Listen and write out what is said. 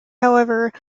however